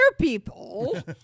people